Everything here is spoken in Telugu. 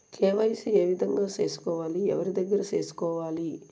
కె.వై.సి ఏ విధంగా సేసుకోవాలి? ఎవరి దగ్గర సేసుకోవాలి?